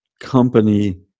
company